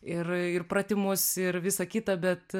ir ir pratimus ir visa kita bet